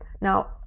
Now